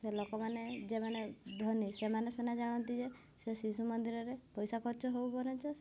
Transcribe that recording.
ଲୋକମାନେ ଯେମାନେ ଧନୀ ସେମାନେ ସେନା ଜାଣନ୍ତି ଯେ ସେ ଶିଶୁ ମନ୍ଦିରରେ ପଇସା ଖର୍ଚ୍ଚ ହଉ